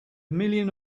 million